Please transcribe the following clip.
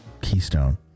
Keystone